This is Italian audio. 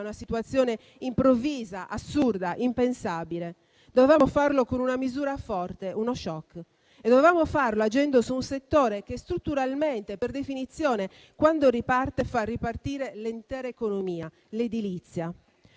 una situazione improvvisa, assurda ed impensabile. Dovevamo farlo con una misura forte, uno *shock*, e dovevamo farlo agendo su un settore che strutturalmente, per definizione, quando riparte fa ripartire l'intera economia: l'edilizia.